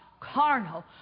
carnal